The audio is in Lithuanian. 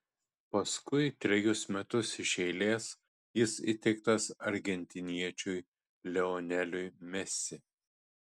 paskui trejus metus iš eilės jis įteiktas argentiniečiui lioneliui messi